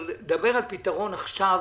דבר על פתרון עכשיו